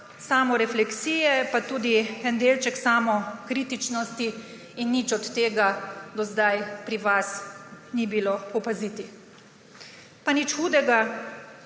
samorefleksije pa tudi en delček samokritičnosti. In nič od tega do zdaj pri vas ni bilo opaziti. Pa nič hudega.